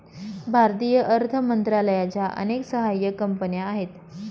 भारतीय अर्थ मंत्रालयाच्या अनेक सहाय्यक कंपन्या आहेत